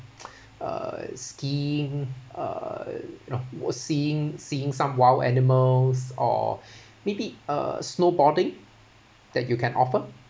uh skiing uh you know seeing seeing some wild animals or maybe uh snowboarding that you can offer